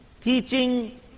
teaching